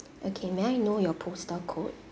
okay may I know your postal code